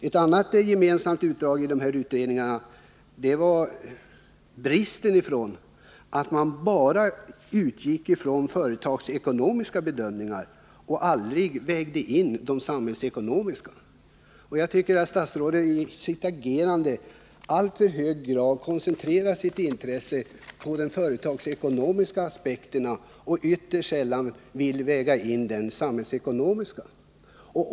Ett annat gemensamt drag i de här utredningarna var att man pekade på nackdelarna med att bara väga in de företagsekonomiska bedömningarna och inte de samhällsekonomiska. Jag tycker att statsrådet i sitt agerande i alltför hög grad koncentrerar sitt intresse på de företagsekonomiska aspekterna och ytterst sällan vill väga in de samhällsekonomiska.